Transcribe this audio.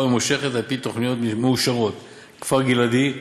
ממושכת על-פי תוכניות מאושרות: כפר-גלעדי,